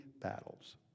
battles